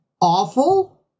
awful